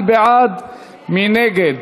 מי בעד ומי נגד?